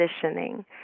positioning